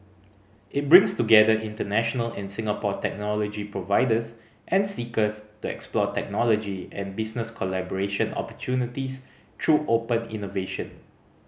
it brings together international and Singapore technology providers and seekers to explore technology and business collaboration opportunities through open innovation